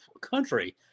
country